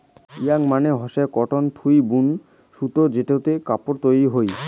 yarn মানে হসে cotton থুই বুন সুতো যেটোতে কাপড় তৈরী হই